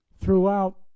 throughout